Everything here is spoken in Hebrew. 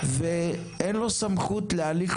ואין לו סמכות להליך